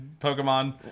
Pokemon